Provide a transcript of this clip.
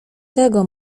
tego